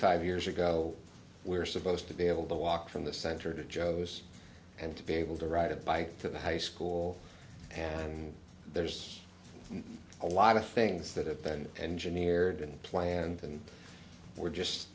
five years ago we're supposed to be able to walk from the center to joes and to be able to ride a bike to the high school and there's a lot of things that have been engineered and planned and we're just